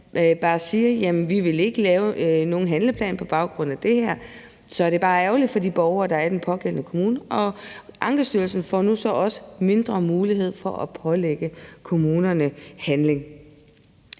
bare siger, at det ikke vil lave en handleplan på baggrund af det her, så er det bare ærgerligt for de borgere, der er i den pågældende kommune. Ankestyrelsen får nu så også dårligere mulighed for at pålægge kommunerne at handle.